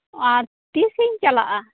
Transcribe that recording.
ᱟᱨ ᱛᱤᱥ ᱤᱧ ᱪᱟᱞᱟᱜᱼᱟ